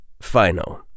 Final